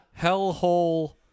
Hellhole